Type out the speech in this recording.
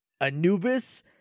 Anubis